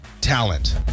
talent